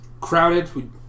crowded